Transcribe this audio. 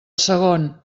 segon